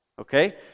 Okay